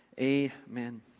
amen